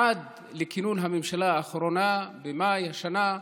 עד כינון הממשלה האחרונה במאי השנה,